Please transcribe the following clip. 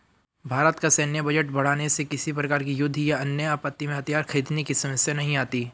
भारत का सैन्य बजट बढ़ाने से किसी प्रकार के युद्ध या अन्य आपत्ति में हथियार खरीदने की समस्या नहीं आती